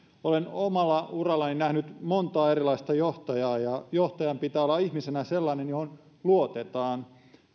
olen omalla urallani nähnyt monta erilaista johtajaa ja johtajan pitää olla ihmisenä sellainen johon luotetaan